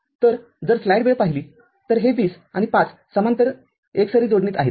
तरजर स्लाईड वेळ पाहिली तर हे २० आणि ५ समांतर एकसरी जोडणीत आहेत